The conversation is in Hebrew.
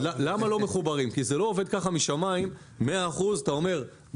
לא מחוברים כי זה לא עובד כך שמשמים מאה אחוזים מתחברים.